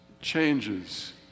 changes